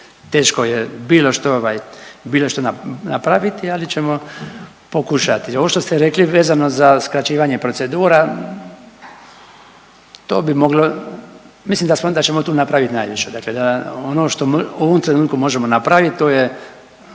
što ovaj, bilo što napraviti ali ćemo pokušati. Ovo što ste rekli vezano za skraćivanje procedura to bi moglo, mislim da ćemo tu napraviti najviše. Dakle, ono što u ovom trenutku možemo napraviti to je